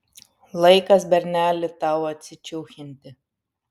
laikas berneli tau atsičiūchinti